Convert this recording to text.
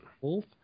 Wolf